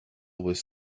was